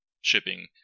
shipping